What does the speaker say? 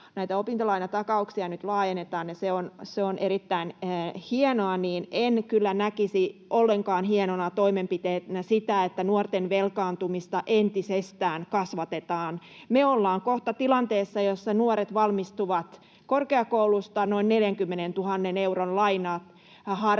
opintolainatakauksia nyt laajennetaan ja se on erittäin hienoa, niin en kyllä näkisi ollenkaan hienona toimenpiteenä sitä, että nuorten velkaantumista entisestään kasvatetaan. Me ollaan kohta tilanteessa, jossa nuoret valmistuvat korkeakoulusta noin 40 000 euron laina harteilla,